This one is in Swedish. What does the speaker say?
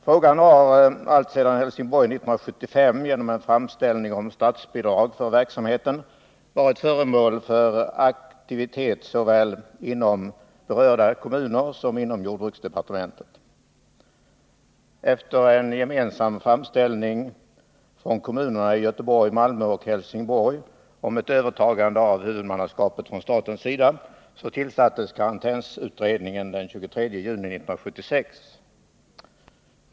Frågan har alltsedan Helsingborg 1975 gjorde en framställning om statsbidrag för verksamheten varit föremål för aktivitet såväl inom berörda kommuner som inom jordbruksdepartementet. Efter en gemensam framställning från kommunerna Göteborg, Malmö och Helsingborg om statligt övertagande av huvudmannaskapet tillsattes karantänsutredningen den 23 juni 1976.